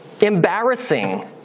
embarrassing